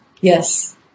Yes